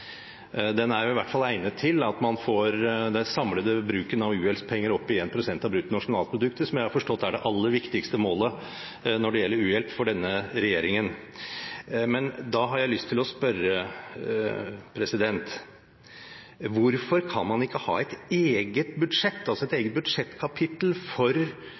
opp i 1 pst. av bruttonasjonalproduktet – som jeg har forstått er det aller viktigste målet når det gjelder u-hjelp for denne regjeringen. Men da har jeg lyst til å spørre: Hvorfor kan man ikke ha et eget budsjettkapittel for tilskudd til amerikansk forskning og amerikanske tenketanker, for